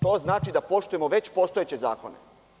To znači da poštujemo već postojeće zakone.